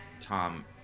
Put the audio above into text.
Tom